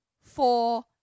four